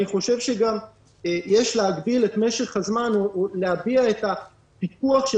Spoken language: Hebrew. יש להגביל את משך הזמן להביא את הפיקוח של